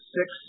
six